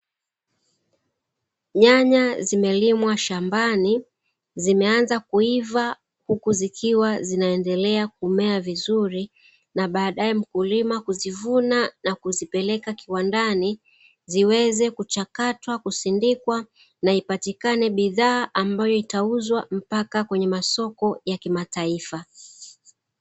Nyanya zimelimwa shambani zimeanza kuivaa huku zikiwa zinaendelea kumea vizuri na baadae mkulima kuzivuna na kuzipeleka kiwandani ziweze kuchakatwa, kusindikwa na ipatikane bidhaa ambayo itauzwa mpaka kwenye masoko ya kimataifa.